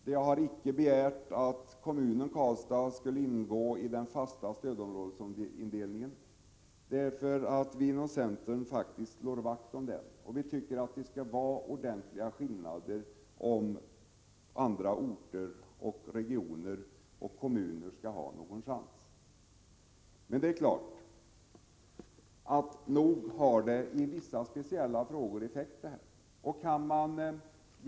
Vi har icke begärt att kommunen Karlstad skulle ingå i den fasta stödområdesindelningen. Vi inom centern slår faktiskt vakt om detta. Vi tycker att det skall vara ordentliga skillnader, om andra orter, regioner och kommuner skall ha någon chans. Nog har detta effekt i vissa speciella frågor.